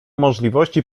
możności